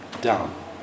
down